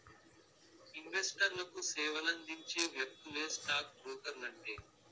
ఇన్వెస్టర్లకు సేవలందించే వ్యక్తులే స్టాక్ బ్రోకర్లంటే